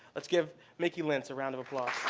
let's give mickey lentz a round of applause.